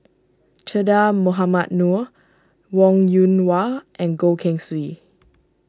Che Dah Mohamed Noor Wong Yoon Wah and Goh Keng Swee